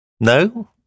no